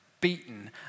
beaten